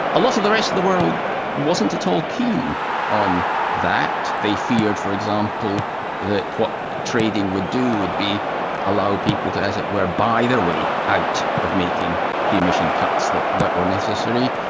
a lot of the rest of the world wasn't at all keen on that. they feared for example that what trading would do would allow people to, as it were, buy their way out of making the emission cuts that that were necessary.